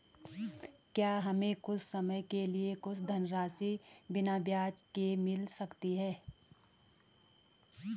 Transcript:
क्या हमें कुछ समय के लिए कुछ धनराशि बिना ब्याज के मिल सकती है?